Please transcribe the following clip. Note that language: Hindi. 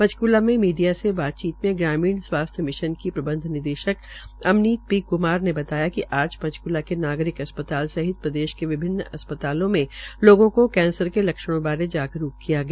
पंचकूला में मीडिया से बातचीत में ग्रामीण स्वास्थ्य मिशन की प्रबंध निदेशक अमनीत पी क्मार ने बतायाकि आज पंचक्ला के नागरिक अस्पताल साहित प्रदेश के विभिन्न अस्पतालों में लोगों को कैंसर के लक्षणों के बारे जागरूक किया गया